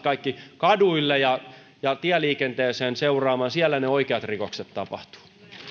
kaikki kaduille ja tieliikenteeseen seuraamaan siellä ne oikeat rikokset tapahtuvat